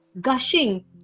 gushing